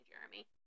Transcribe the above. Jeremy